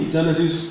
Genesis